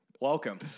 Welcome